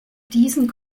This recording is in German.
diesen